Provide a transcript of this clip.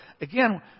again